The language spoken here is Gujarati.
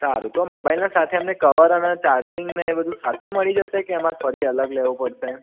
સારું તો મોબાઈલના સાથે અમને કવર અને ચાર્જીંગને બધું સાથે મળી જશે કે અમારે ફરી અલગ લેવું પડશે